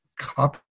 copy